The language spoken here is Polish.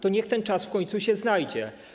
To niech ten czas w końcu się znajdzie.